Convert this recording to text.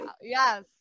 Yes